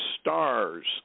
stars